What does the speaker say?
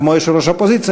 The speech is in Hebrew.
כמו יושב-ראש האופוזיציה,